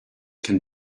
can